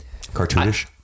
cartoonish